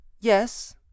Yes